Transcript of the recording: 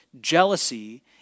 jealousy